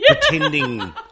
Pretending